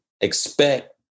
Expect